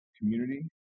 community